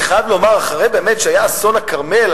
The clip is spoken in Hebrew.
אני חייב לומר שאחרי אסון הכרמל,